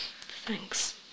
Thanks